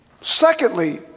Secondly